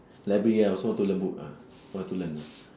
library ah hope to lend book ah want to learn